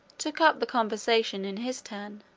took up the conversation in his turn,